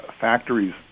factories